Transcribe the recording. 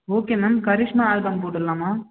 okay ma'am Karishma album போட்டுடலாமா